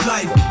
Life